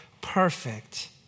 perfect